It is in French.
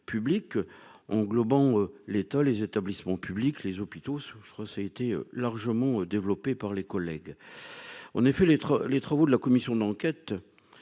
publiques, englobant l'état les établissements publics, les hôpitaux sous je crois que ça a été largement développé par les collègues, on a fait les les travaux de la commission d'enquête